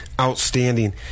outstanding